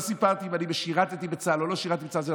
לא סיפרתי אם אני שירתי בצה"ל או לא שירתי בצה"ל,